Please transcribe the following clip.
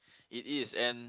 it is and